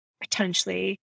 potentially